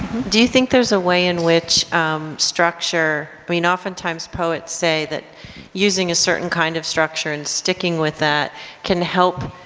do you think there's a way in which structure, i mean oftentimes poets say that using a certain kind of structure and sticking with that can help